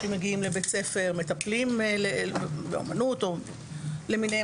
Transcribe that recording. מטפלים באומנות למיניהם,